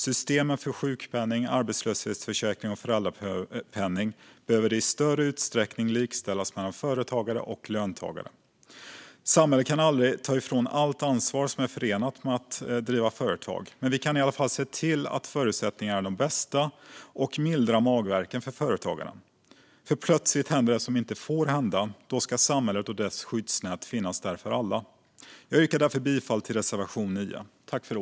Systemen för sjukpenning, arbetslöshetsförsäkring och föräldrapenning behöver i större utsträckning likställas mellan företagare och löntagare. Samhället kan aldrig ta över allt ansvar som är förenat med att driva företag. Men vi kan i alla fall se till att förutsättningarna är de bästa och mildra magvärken för företagaren. Plötsligt händer det som inte får hända, och då ska samhället och dess skyddsnät finnas där för alla. Jag yrkar därför bifall till reservation 9.